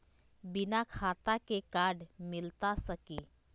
बिना खाता के कार्ड मिलता सकी?